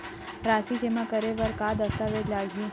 राशि जेमा करे बर का दस्तावेज लागही?